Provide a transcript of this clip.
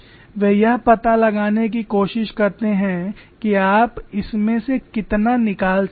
वे यह पता लगाने की कोशिश करते हैं कि आप इसमें से कितना निकाल सकते हैं